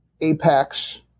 Apex